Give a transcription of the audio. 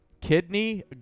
Kidney